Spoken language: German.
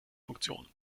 funktionen